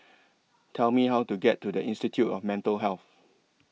Tell Me How to get to The Institute of Mental Health